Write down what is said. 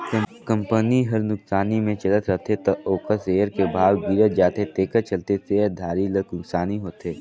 company हर नुकसानी मे चलत रथे त ओखर सेयर के भाव गिरत जाथे तेखर चलते शेयर धारी ल नुकसानी होथे